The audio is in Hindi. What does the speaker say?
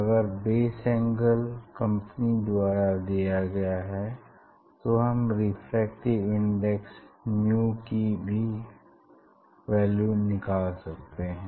अगर बेस एंगल कंपनी द्वारा दिया गया है तो हम रेफ्रेक्टिव इंडेक्स म्यू भी कैलकुलेट कर सकते हैं